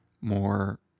more